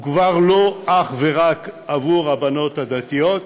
הוא כבר לא אך ורק עבור הבנות הדתיות,